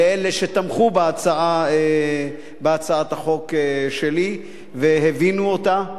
ולאלה שתמכו בהצעת החוק שלי והבינו אותה.